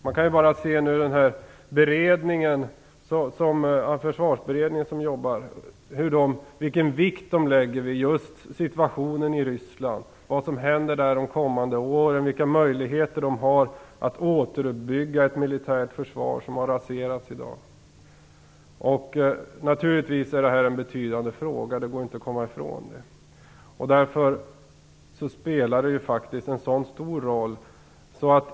Man kan bara se till vilken vikt som Försvarsberedningen som nu arbetar lägger vid just situationen i Ryssland, vad som händer där de kommande åren och vilka möjligheter de har att återuppbygga ett militärt försvar som i dag har raserats. Detta är naturligtvis en betydande fråga. Det går inte att komma ifrån det. Därför spelar det faktiskt en stor roll.